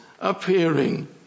appearing